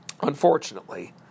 unfortunately